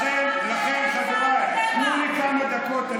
לכן, חבריי, תנו לי כמה דקות.